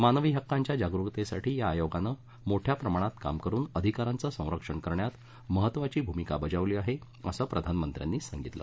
मानवी हक्कांच्या जागरुकतेसाठी या आयोगानं मोठ्या प्रमाणात काम करुन अधिकारांचं संरक्षण करण्यात महत्वाची भूमिका बजावली आहे असं प्रधानमंत्र्यांनी सांगितलं